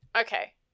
Okay